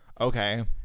Okay